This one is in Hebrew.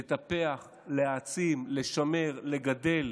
לטפח, להעצים, לשמר, לגדל